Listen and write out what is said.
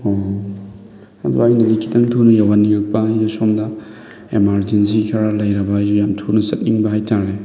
ꯎꯝ ꯑꯗꯨ ꯑꯩꯅꯗꯤ ꯈꯤꯇꯪ ꯊꯨꯅ ꯌꯧꯍꯟꯅꯤꯡꯉꯛꯄ ꯑꯩꯅ ꯁꯣꯝꯗ ꯑꯦꯃꯥꯔꯖꯦꯟꯁꯤ ꯈꯔ ꯂꯩꯔꯕ ꯑꯩꯁꯨ ꯌꯥꯝ ꯊꯨꯅ ꯆꯠꯅꯤꯡꯕ ꯍꯥꯏꯇꯥꯔꯦ